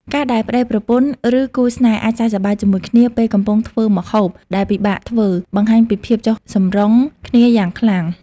ការដែលប្ដីប្រពន្ធ ឬគូស្នេហ៍អាចសើចសប្បាយជាមួយគ្នាពេលកំពុងធ្វើម្ហូបដែលពិបាកធ្វើ បង្ហាញពីភាពចុះសម្រុងគ្នាយ៉ាងខ្លាំង។